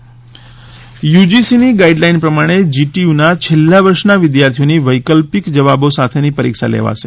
you જીસીની guideline પ્રમાણે જીટીયુના છેલ્લા વર્ષના વિદ્યાર્થીઓની વૈકલ્પિક જવાબો સાથેની પરીક્ષા લેવાશે